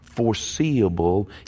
foreseeable